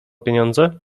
pieniądze